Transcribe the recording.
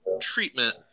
treatment